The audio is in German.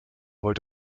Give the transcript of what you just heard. wollt